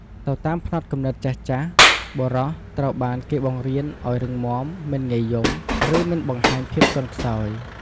ទៅតាមផ្នត់គំនិតចាស់ៗ បុរសត្រូវបានគេបង្រៀនឱ្យ រឹងមាំ មិនងាយយំ ឬមិនបង្ហាញភាពទន់ខ្សោយ។